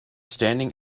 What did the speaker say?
standing